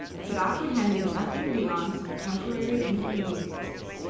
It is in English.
but apprehended nothing beyond some temporary inconveniences.